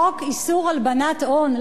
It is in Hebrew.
חוק איסור הלבנת הון,